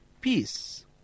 peace